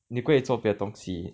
你不可以做别的东西